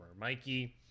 Mikey